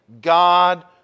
God